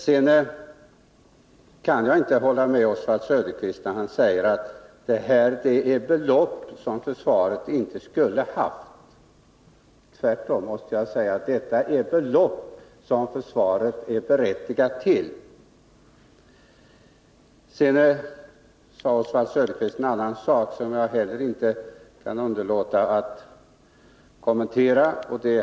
Jag kan inte hålla med Oswald Söderqvist, när han säger att det här är belopp som försvaret inte skulle ha haft. Tvärtom, måste jag säga, är detta belopp som försvaret är berättigat till. Sedan säger Oswald Söderqvist en annan sak som jag heller inte kan underlåta att kommentera.